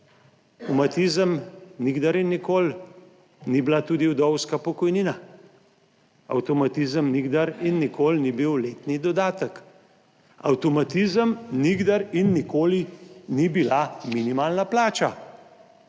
Avtomatizem nikdar in nikoli ni bila tudi vdovska pokojnina. Avtomatizem nikdar in nikoli ni bil letni dodatek. Avtomatizem nikdar in nikoli ni bila minimalna plača.